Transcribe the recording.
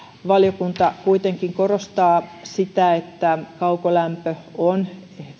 valiokunta kuitenkin korostaa sitä että kaukolämpö on